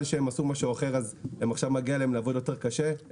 שהם עשו משהו אחר עכשיו מגיע להם לעבוד יותר קשה,